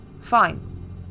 fine